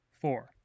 Four